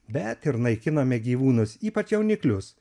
bet ir naikiname gyvūnus ypač jauniklius